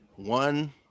One